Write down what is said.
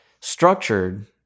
structured